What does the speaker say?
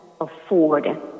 afford